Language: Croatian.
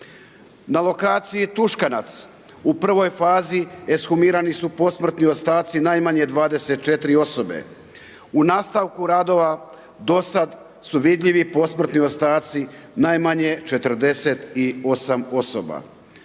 Na lokaciji Tuškanac, u prvoj fazi, ekshumirani su posmrtni ostaci najmanje 24 osobe. U nastavku radova, do sada su vidljivi posmrtni ostaci najmanje 48 osoba.